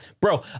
bro